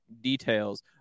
details